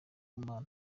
kamara